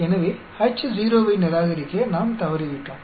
எனவே Ho வை நிராகரிக்க நாம் தவறிவிட்டோம்